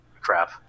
crap